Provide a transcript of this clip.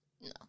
No